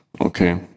Okay